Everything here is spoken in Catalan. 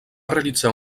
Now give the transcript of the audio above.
realitzar